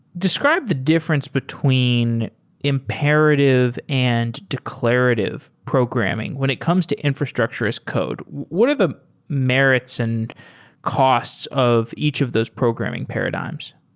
describe the difference between imperative and declarative programming. when it comes to infrastructure as code, what are the merits and costs of each of those programming paradigms?